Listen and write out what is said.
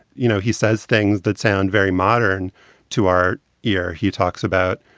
you know, he says things that sound very modern to our ear. he talks about,